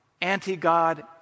anti-God